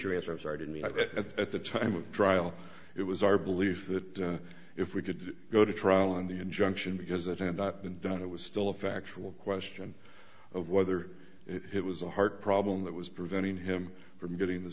to me at the time of trial it was our belief that if we could go to trial and the injunction because it had not been done it was still a factual question of whether it was a heart problem that was preventing him from getting the